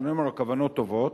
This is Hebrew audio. אבל אני אומר: הכוונות טובות,